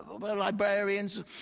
librarians